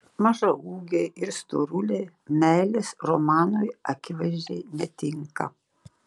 mažaūgiai ir storuliai meilės romanui akivaizdžiai netinka